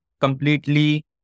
completely